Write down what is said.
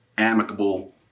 amicable